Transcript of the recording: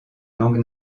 langue